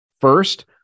First